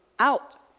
Out